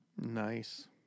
Nice